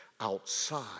outside